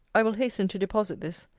i will hasten to deposit this.